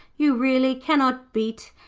you really cannot beat,